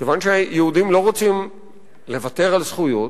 כיוון שהיהודים לא רוצים לוותר על זכויות,